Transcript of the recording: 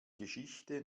geschichte